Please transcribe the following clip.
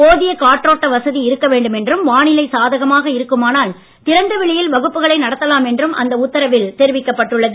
போதிய காற்றோட்ட வசதி இருக்க வேண்டும் என்றும் வானிலை சாகமாக இருக்குமானால் திறந்தவெளியில் வகுப்புகளை நடத்தலாம் என்றும் அந்த உத்தரவில் தெரிவிக்கப் பட்டுள்ளது